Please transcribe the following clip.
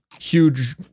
huge